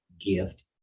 gift